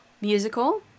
musical